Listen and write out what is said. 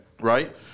Right